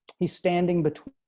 he's standing between